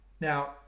Now